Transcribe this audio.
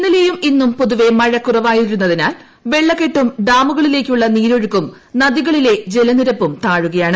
ഇന്നലെയും ഇന്നും പൊതുവെ മഴ കുറവായിരുന്നതിനാൽ വെളളക്കെട്ടും ഡാമുകളേക്കുള്ള നീരൊഴുക്കും നദികളിലെ ജലനിരപ്പും താഴുകയാണ്